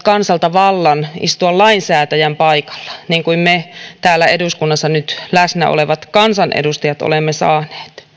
kansalta vallan istua lainsäätäjän paikalla niin kuin me täällä eduskunnassa nyt läsnä olevat kansanedustajat olemme saaneet